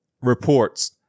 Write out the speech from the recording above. reports